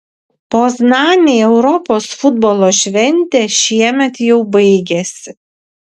poznanei europos futbolo šventė šiemet jau baigėsi